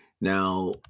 Now